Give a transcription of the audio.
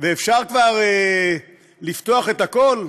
ואפשר כבר לפתוח את הכול,